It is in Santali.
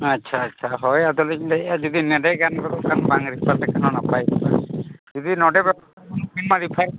ᱟᱪᱪᱷᱟ ᱟᱪᱪᱷᱟ ᱦᱳᱭ ᱟᱫᱚᱞᱤᱧ ᱞᱟᱹᱭᱮᱜᱼᱟ ᱡᱩᱫᱤ ᱱᱮᱰᱮ ᱜᱟᱱ ᱜᱚᱫᱚᱜ ᱠᱷᱟᱱ ᱵᱟᱝ ᱨᱮᱯᱷᱟᱨ ᱞᱮᱠᱷᱟᱱ ᱦᱚᱸ ᱱᱟᱯᱟᱭ ᱠᱚᱜᱼᱟ ᱡᱩᱫᱤ ᱱᱚᱰᱮ ᱜᱟᱱᱚᱜ ᱠᱷᱟᱱ ᱢᱟ ᱨᱮᱯᱷᱟᱨ